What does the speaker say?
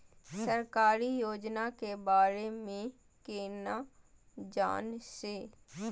सरकारी योजना के बारे में केना जान से?